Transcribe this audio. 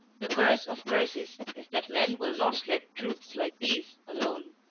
the curse of curses is that men will not let truths like these alone.